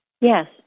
Yes